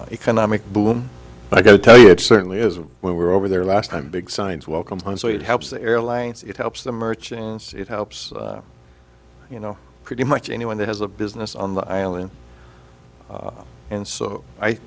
big economic boom i go tell you it certainly is when we were over there last time big signs welcome so it helps the airlines it helps the merchants it helps you know pretty much anyone that has a business on the island and so i